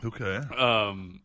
Okay